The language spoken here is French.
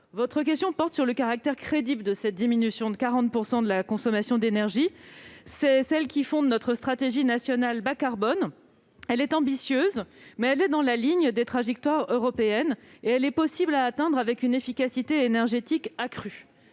Votre question porte sur le caractère crédible de cette diminution de 40 % de la consommation d'énergie. C'est cette donnée qui fonde notre stratégie nationale bas-carbone ; elle est ambitieuse, mais elle est dans la ligne des trajectoires européennes et elle peut être atteinte grâce à une efficacité énergétique accrue.